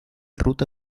ruta